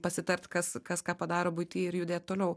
pasitart kas kas ką padaro buity ir judėt toliau